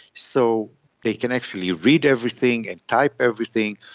so they can actually read everything and type everything,